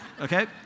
Okay